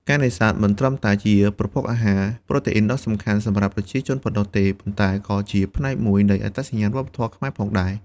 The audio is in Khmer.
ការនេសាទមិនត្រឹមតែជាប្រភពអាហារប្រូតេអ៊ីនដ៏សំខាន់សម្រាប់ប្រជាជនប៉ុណ្ណោះទេ ប៉ុន្តែក៏ជាផ្នែកមួយនៃអត្តសញ្ញាណវប្បធម៌ខ្មែរផងដែរ។